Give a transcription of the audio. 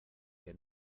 que